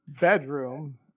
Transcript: bedroom